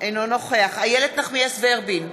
אינו נוכח איילת נחמיאס ורבין,